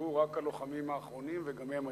נותרו רק הלוחמים האחרונים וגם הם עייפים.